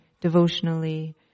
devotionally